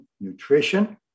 nutrition